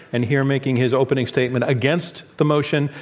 and here making his opening statement against the motion,